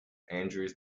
andrews